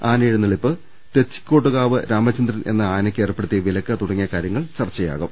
ആനയെഴുന്നള്ളിപ്പ് തെച്ചിക്കോട്ടുകാവ് രാമചന്ദ്രൻ എന്ന ആനയ്ക്ക് ഏർപ്പെടുത്തിയ വിലക്ക് തുടങ്ങിയ കാര്യങ്ങൾ ചർച്ചയാകും